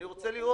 אני רוצה לראות.